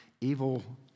evil